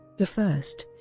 the first